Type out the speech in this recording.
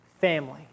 family